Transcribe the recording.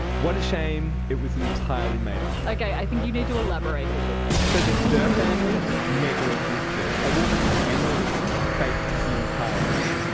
what a shame it was entirely made up. okay, i think you need to elaborate a little bit. so this dirr family never existed. a women emily faked the entire thing.